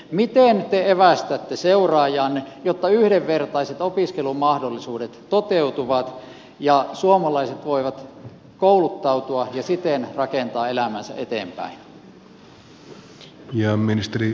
miten te evästätte seuraajaanne jotta yhdenvertaiset opiskelumahdollisuudet toteutuvat ja suomalaiset voivat kouluttautua ja siten rakentaa elämäänsä eteenpäin